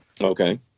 Okay